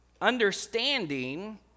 understanding